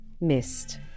missed